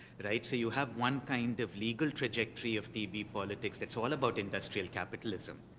but i'd say you have one kind of legal trajectory of tb politics. that's all about industrial capitalism.